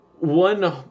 one